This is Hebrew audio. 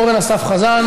חבר הכנסת אורן אסף חזן,